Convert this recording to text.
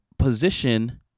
position